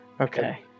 Okay